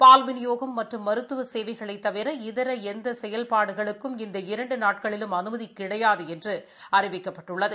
பால் விநியோகம் மற்றும் மருத்துவ சேவைகளைத் தவிர இதர எந்த செயல்பாடுகளுக்கும் இந்த இரண்டு நாட்களிலும் அனுமதி கிடையாது என்று அறிவிக்கப்பட்டுள்ளது